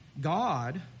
God